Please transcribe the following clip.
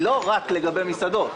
היא לא רק לגבי מסעדות.